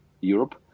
Europe